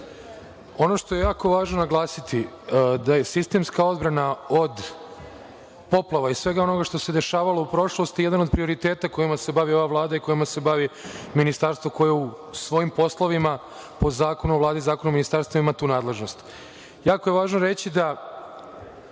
Ono što je jako važno naglasiti je da je sistemska odbrana od poplava i svega onoga što se dešavalo u prošlosti jedan od prioriteta kojima se bavi ova Vlada i kojima se bavi ministarstvo koje u svojim poslovima, po Zakonu o Vladi i Zakonu o ministarstvima, ima tu nadležnost. Jako